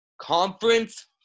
conference